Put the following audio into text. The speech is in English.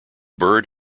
bird